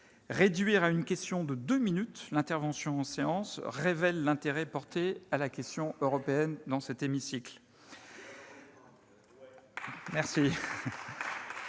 réduire à deux minutes les temps d'intervention en séance révèle l'intérêt porté à la question européenne dans cet hémicycle